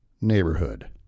neighborhood